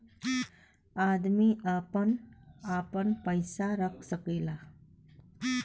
अदमी आपन पइसा रख सकेला